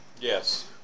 Yes